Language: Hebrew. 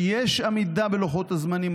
יש עמידה בלוחות הזמנים,